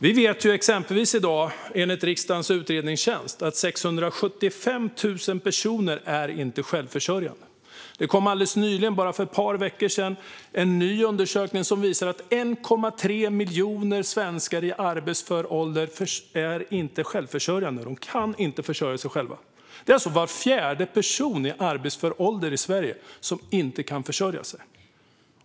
Vi vet exempelvis att 675 000 personer i dag inte är självförsörjande, enligt riksdagens utredningstjänst. Alldeles nyligen, för bara ett par veckor sedan, kom en ny undersökning som visar att 1,3 miljoner svenskar i arbetsför ålder inte är självförsörjande, inte kan försörja sig själva. Det är alltså var fjärde person i arbetsför ålder i Sverige som inte kan försörja sig.